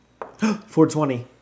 420